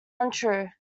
untrue